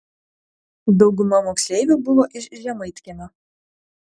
dauguma moksleivių buvo iš žemaitkiemio